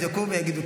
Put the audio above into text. יבדקו ויגידו,